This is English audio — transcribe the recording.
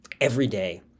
everyday